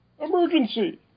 Emergency